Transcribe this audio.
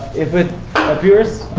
if it appears,